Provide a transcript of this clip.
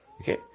Okay